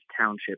Township